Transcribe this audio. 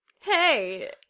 Hey